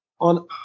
on